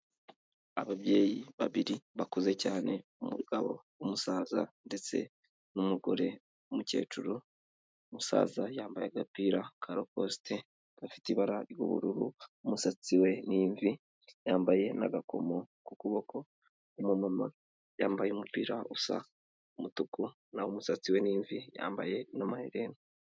Ababyeyi babiri bakuze cyane umugabo w'umusaza ndetse n'umugore w'umukecuru, umusaza yambaye agapira ka rakoste gafite ibara ry'ubururu, umusatsi we ni imvi, yambaye agakomo ku kuboko. Umumama yambaye umupira usa umutuku, naho umusatsi we n'imvi, yambaye n'amaherena.